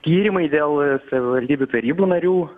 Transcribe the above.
tyrimai dėl savivaldybių tarybų narių